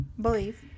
Believe